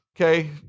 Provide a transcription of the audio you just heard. Okay